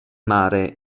mare